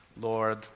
Lord